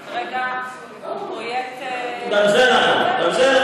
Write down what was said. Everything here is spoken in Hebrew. כי כרגע הפרויקט, גם זה נכון.